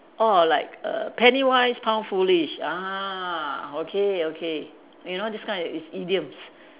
orh like err penny wise pound foolish ah okay okay you know these kind is idiom